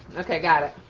okay, got it.